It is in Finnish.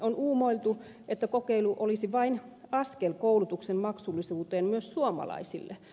on uumoiltu että kokeilu olisi vain askel koulutuksen maksullisuuteen myös suomalaisille